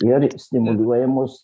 ir stimuliuojamos